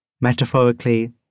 metaphorically